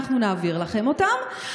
אנחנו נעביר לכם אותם,